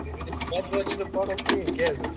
کِہیٖنٛۍ نہٕ بَچہٕ حظ چھِنہٕ پران کِہیٖنٛۍ کیٛازِ حظ